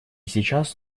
сейчас